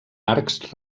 arcs